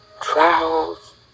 trials